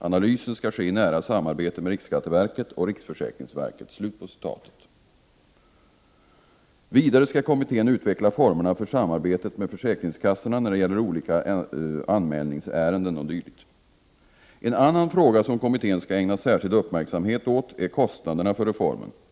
Analysen skall ske i nära samarbete med riksskatteverket och riksförsäkringsverket.” Vidare skall kommittén utveckla formerna för samarbetet med försäkringskassorna när det gäller olika anmälningsärenden o.d. En annan fråga som kommittén skall ägna särskild uppmärksamhet åt är kostnaderna för reformen.